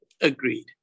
Agreed